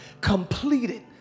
completed